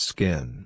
Skin